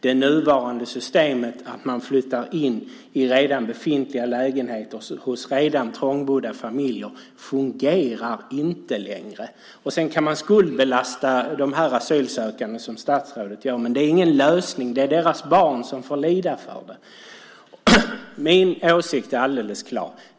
Det nuvarande systemet att man flyttar in i redan befintliga lägenheter hos redan trångbodda familjer fungerar inte längre. Sedan kan man skuldbelasta dessa asylsökande, som statsrådet gör, men det är ingen lösning. Det är deras barn som får lida för det. Min åsikt är alldeles klar.